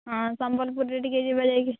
ହଁ ସମ୍ବଲପୁରରେ ଟିକିଏ ଯିବା ଯାଇକି